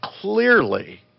clearly